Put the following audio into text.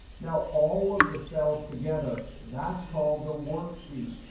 now, all of the cells together, that's called the worksheet.